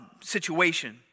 situation